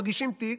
מגישים תיק,